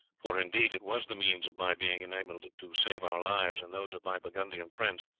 for indeed it was the means of my being enabled to save our lives and those of my burgundian friends,